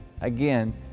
Again